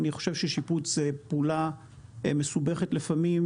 אני חושב ששיפוץ זו פעולה מסובכת לפעמים